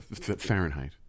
Fahrenheit